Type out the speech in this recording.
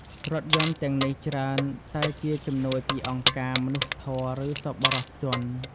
រថយន្តទាំងនេះច្រើនតែជាជំនួយពីអង្គការមនុស្សធម៌ឬសប្បុរសជន។